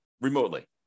remotely